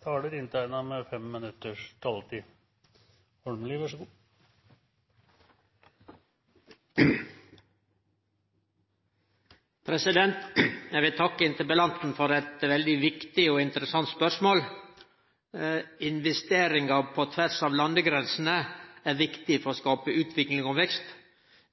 i arbeidet med nye avtaler, slik at norsk næringsliv får større konkurransekraft, og at flere land i verden får tilgang til norsk kapital, som grunnlag for økonomisk vekst. Eg vil takke interpellanten for eit veldig viktig og interessant spørsmål. Investeringar på tvers av landegrensene er viktige for å skape utvikling og vekst.